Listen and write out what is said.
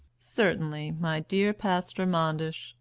certainly, my dear pastor manders.